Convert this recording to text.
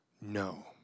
No